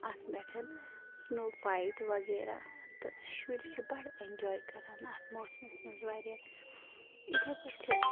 اَتھ پٮ۪ٹھ snow fight وغیرہ تہٕ شُرۍ چھِ بَڑٕ ایٚنجاے کَران اَتھ موسمس منٛز واریاہ یِتھے پٲٹھۍ چھِ